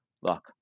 look